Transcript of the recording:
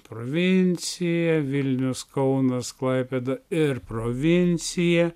provincija vilnius kaunas klaipėda ir provincija